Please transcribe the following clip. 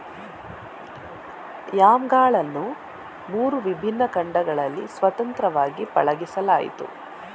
ಯಾಮ್ಗಳನ್ನು ಮೂರು ವಿಭಿನ್ನ ಖಂಡಗಳಲ್ಲಿ ಸ್ವತಂತ್ರವಾಗಿ ಪಳಗಿಸಲಾಯಿತು